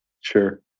Sure